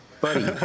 Buddy